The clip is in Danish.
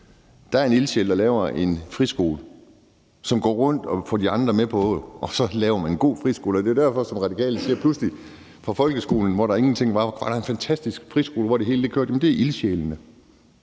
Der er en ildsjæl, som laver en friskole, og som går rundt og får de andre med på det, og så laver man en god friskole. Det er jo derfor, som Radikale siger: I stedet for folkeskolen, hvor der ingenting var, var der pludselig en fantastisk friskole, hvor det hele kørte. Men det er ildsjælene.